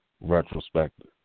retrospective